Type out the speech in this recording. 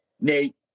Nate